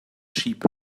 sheep